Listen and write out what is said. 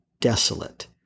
desolate